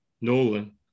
Nolan